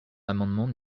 l’amendement